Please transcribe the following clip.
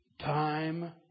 Time